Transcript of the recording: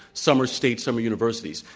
some are state, some are universities.